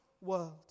world